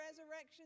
Resurrection